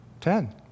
ten